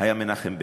היה מנחם בגין,